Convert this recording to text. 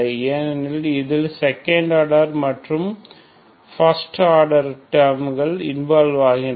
ஏனெனில் இதில் second order மற்றும் ஃபர்ஸ்ட் ஆர்டர் டேர்ம் கள் இன்வால்வ் ஆகின்றன